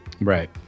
Right